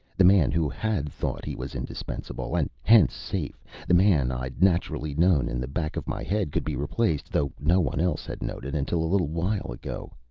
the man who had thought he was indispensable, and hence safe the man i'd naturally known in the back of my head could be replaced, though no one else had known it until a little while ago.